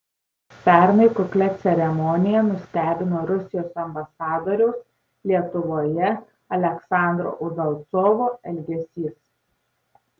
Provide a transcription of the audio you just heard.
pernai kuklia ceremonija nustebino rusijos ambasadoriaus lietuvoje aleksandro udalcovo elgesys